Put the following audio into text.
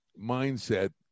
mindset